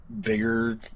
bigger